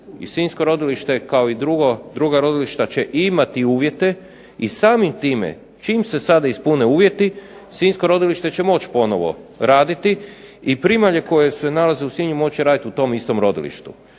sinjsko rodilište kao i druga rodilišta će imati uvjete. I samim time čim se sada ispune uvjeti sinjsko rodilište će moći ponovo raditi i primalje koje se nalaze u Sinju moći će raditi u tom istom rodilištu.